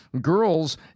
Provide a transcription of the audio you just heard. girls